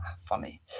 funny